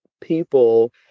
people